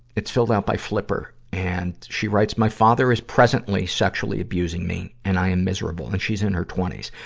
it's filled out by flipper, and she writes, my father is presently sexually abusing me, and i am miserable. and she's in her twenty s.